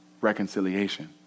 reconciliation